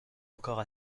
encore